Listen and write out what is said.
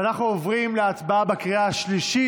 ואנחנו עוברים להצבעה על הצעת החוק בקריאה השלישית,